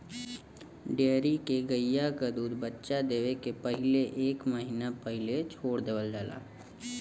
dairy के गइया क दूध बच्चा देवे के पहिले एक महिना पहिले छोड़ देवल जाला